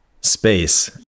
space